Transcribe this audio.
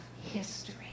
history